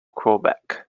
quebec